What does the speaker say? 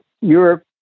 Europe